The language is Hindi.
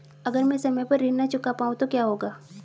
अगर म ैं समय पर ऋण न चुका पाउँ तो क्या होगा?